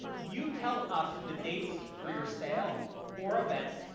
you tell us the dates for your sale or event,